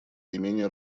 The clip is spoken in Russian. наименее